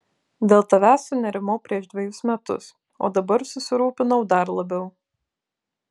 dėl tavęs sunerimau prieš dvejus metus o dabar susirūpinau dar labiau